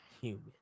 Human